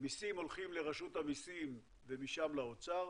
מיסים הולכים לרשות המיסים ומשם לאוצר,